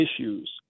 issues